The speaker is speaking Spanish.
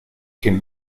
quien